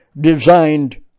designed